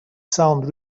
sound